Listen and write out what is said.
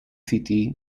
city